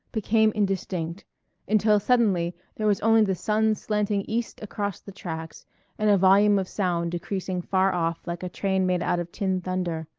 became indistinct until suddenly there was only the sun slanting east across the tracks and a volume of sound decreasing far off like a train made out of tin thunder.